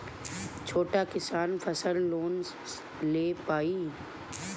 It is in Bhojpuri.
छोटा किसान फसल लोन ले पारी?